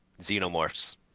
Xenomorphs